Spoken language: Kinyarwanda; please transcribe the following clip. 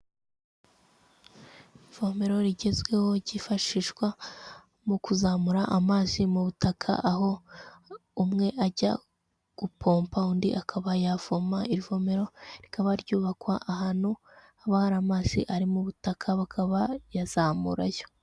Ivomero rigezweho ryifashishwa mu kuzamura amazi mu butaka aho umwe ajya gupompa undi akaba yavoma, iri vomero rikaba ryubakwa ahantu haba hari amazi ari mu butaka bakaba bayazamurayo.